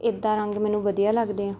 ਇੱਦਾਂ ਰੰਗ ਮੈਨੂੰ ਵਧੀਆ ਲੱਗਦੇ ਹੈ